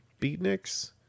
beatniks